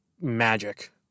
magic